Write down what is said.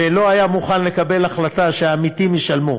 ולא היה מוכן לקבל החלטה שהעמיתים ישלמו,